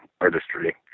artistry